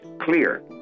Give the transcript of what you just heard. clear